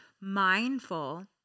mindful